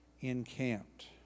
encamped